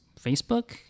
Facebook